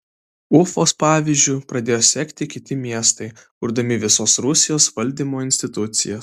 ufos pavyzdžiu pradėjo sekti kiti miestai kurdami visos rusijos valdymo institucijas